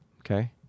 Okay